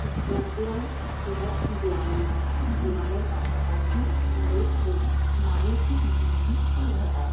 যোগ ব্যায়াম কেবল ব্যায়াম নয় ব্যায়ামের পাশাপাশি আমাদের এটা মানসিক বৃদ্ধিও ঘটায়